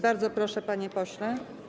Bardzo proszę, panie pośle.